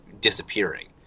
Disappearing